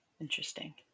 Interesting